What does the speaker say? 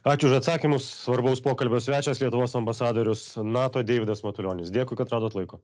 ačiū už atsakymus svarbaus pokalbio svečias lietuvos ambasadorius nato deividas matulionis dėkui kad radot laiko